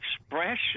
expression—